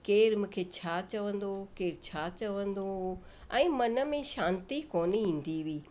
केरु मूंखे छा चवंदो केरु छा चवंदो हो ऐं मन में शांती कोन ईंदी हुई